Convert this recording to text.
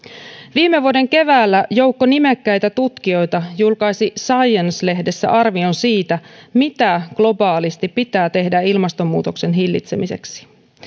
viime vuoden keväällä joukko nimekkäitä tutkijoita julkaisi science lehdessä arvion siitä mitä pitää tehdä globaalisti ilmastonmuutoksen hillitsemiseksi